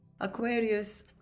Aquarius